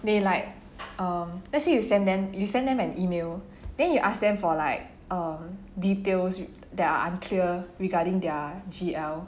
they like err let's say you send them you send them an email then you ask them for like err details that are unclear regarding their G_L